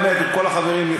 באמת מכל החברים,